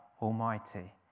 Almighty